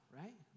right